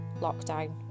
lockdown